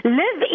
live